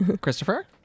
Christopher